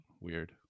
weird